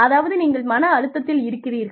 அதாவது நீங்கள் மன அழுத்தத்தில் இருக்கிறீர்கள்